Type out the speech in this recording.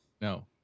No